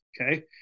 Okay